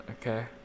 Okay